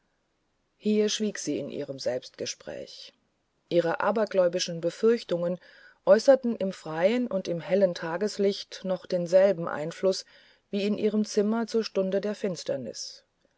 hier schwieg sie in ihrem selbstgespräch ihre abergläubischen befürchtungen äußerten im freuen und beim hellen tageslicht noch denselben einfluß wie in ihrem zimmerzurstundederfinsternis sieschwieg dannbegannsiewiederdenbriefglattzustreichenundsichdieworteder feierlichen